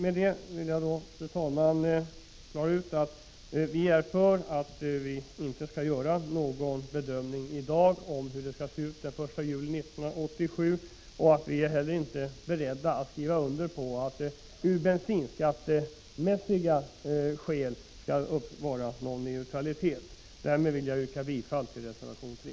Med detta vill jag, fru talman, klara ut att vi är för att man inte skall göra någon bedömning i dag av hur det skall se ut den 1 juli 1987 och att vi inte heller är beredda att skriva under på att det av bensinskattemässiga skäl skall vara neutralitet. Därmed yrkar jag bifall till reservation 3.